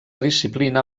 disciplina